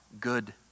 good